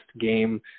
game